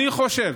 אני חושב